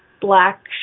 black